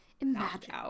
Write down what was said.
Imagine